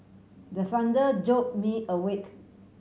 the thunder jolt me awake